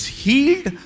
healed